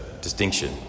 distinction